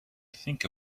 think